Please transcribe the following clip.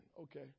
Okay